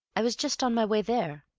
i was just on my way there,